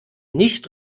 nicht